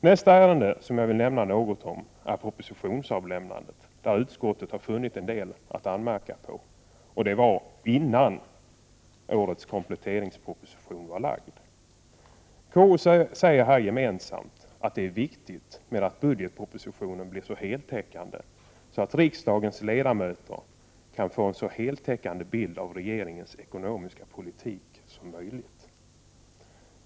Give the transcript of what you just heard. Nästa punkt som jag vill nämna något om gäller propositionsavlämnandet. Utskottet har funnit en del att anmärka på här, och det var innan årets kompletteringsproposition var framlagd. KU säger här gemensamt att det är viktigt att budgetpropositionen blir så heltäckande att riksdagens ledamöter kan få en så heltäckande bild av regeringens ekonomiska politik som möjligt.